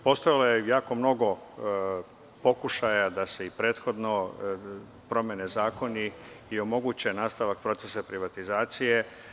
Postojalo je jako mnogo pokušaja da se i prethodno promene zakoni i omogući nastavak procesa privatizaicje.